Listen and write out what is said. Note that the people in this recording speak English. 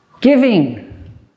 Giving